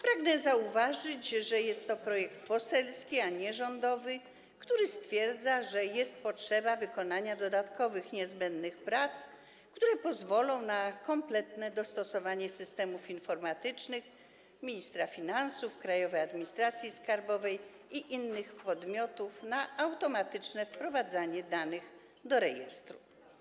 Pragnę zauważyć, że jest to projekt poselski, a nie rządowy, który stwierdza, że jest potrzeba wykonania dodatkowych, niezbędnych prac, które pozwolą na kompletne dostosowanie systemów informatycznych ministra finansów, Krajowej Administracji Skarbowej i innych podmiotów do automatycznego wprowadzania danych do rejestru.